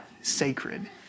sacred